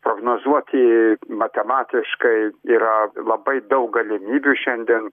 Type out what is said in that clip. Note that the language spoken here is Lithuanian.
prognozuoti matematiškai yra labai daug galimybių šiandien